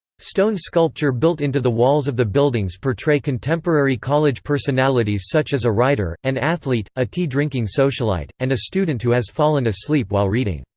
stone sculpture built into the walls of the buildings portray contemporary college personalities such as a writer, an athlete, a tea-drinking socialite, and a student who has fallen asleep while reading.